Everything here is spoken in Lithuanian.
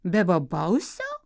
be bobausio